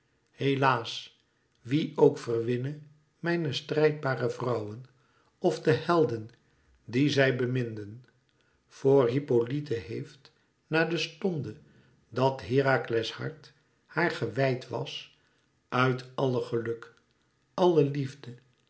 helaas wie ook verwinne mijne strijdbare vrouwen of de helden die zij beminden voor hippolyte heeft na de stonde dat herakles hart haar gewijd was uit alle geluk alle liefde